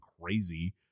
crazy